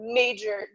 major